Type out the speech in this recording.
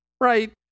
right